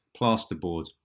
Plasterboard